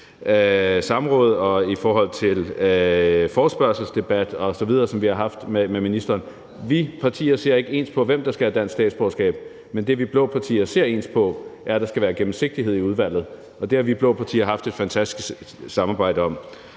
samråd og i forespørgselsdebatter og andet, som vi har haft med ministeren. Vi partier ser ikke ens på, hvem der skal have dansk statsborgerskab, men det, vi blå partier ser ens på, er, at der skal være gennemsigtighed i udvalget, og det har vi blå partier haft et fantastisk samarbejde om.